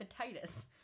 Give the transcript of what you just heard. hepatitis